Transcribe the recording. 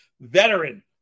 veteran